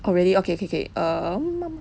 oh really okay okay okay um